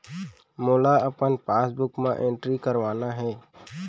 मोला अपन पासबुक म एंट्री करवाना हे?